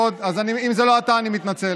לפחות תהיה, מתי אתה לא משקר?